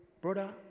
brother